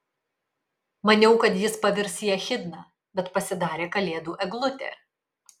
maniau kad jis pavirs į echidną bet pasidarė kalėdų eglutė